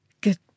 Good